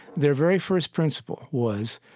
their very first principle was,